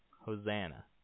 Hosanna